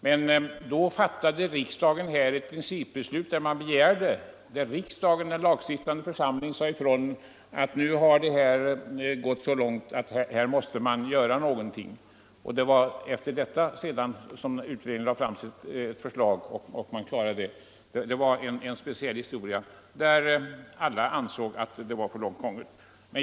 Men då hade riksdagen, den lagstiftande församlingen, fattat ett beslut där man sade ifrån att utvecklingen hade gått så långt att något måste göras. Därefter lade utredningen i fråga fram sitt förslag. Det var ett specialfall där alla ansåg att förhållandena var alltför långt gångna.